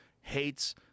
hates